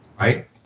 Right